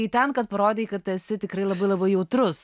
į ten kad parodei kad tu esi tikrai labai labai jautrus